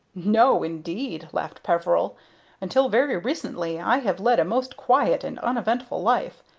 no, indeed, laughed peveril until very recently i have led a most quiet and uneventful life.